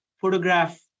photograph